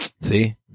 See